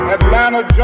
Atlanta